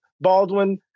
Baldwin